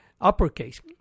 uppercase